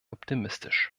optimistisch